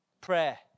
Prayer